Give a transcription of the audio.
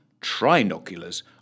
trinoculars